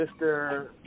Mr